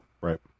Right